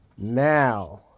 Now